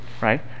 right